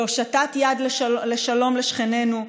בהושטת יד לשלום לשכנינו,